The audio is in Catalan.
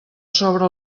sobre